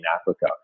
Africa